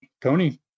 Tony